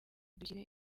dushyire